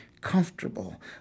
comfortable